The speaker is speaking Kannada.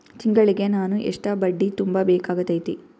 ತಿಂಗಳಿಗೆ ನಾನು ಎಷ್ಟ ಬಡ್ಡಿ ತುಂಬಾ ಬೇಕಾಗತೈತಿ?